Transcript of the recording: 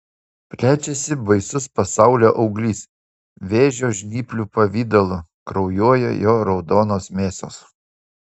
plečiasi baisus pasaulio auglys vėžio žnyplių pavidalu kraujuoja jo raudonos mėsos